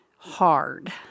hard